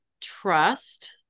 trust